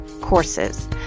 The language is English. courses